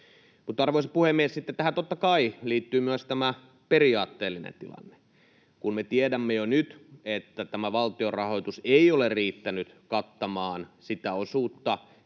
arvoisa puhemies, sitten tähän totta kai liittyy myös tämä periaatteellinen tilanne. Kun me tiedämme jo nyt, että valtionrahoitus ei ole riittänyt kattamaan sitä